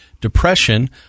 depression